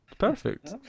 Perfect